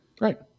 Right